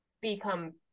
become